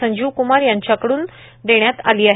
संजीव कुमार यांच्याकडून देण्यात आली आहे